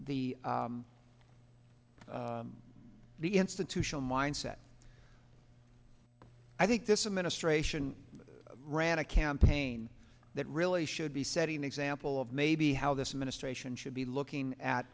the the institutional mindset i think this administration ran a campaign that really should be setting an example of maybe how this administration should be looking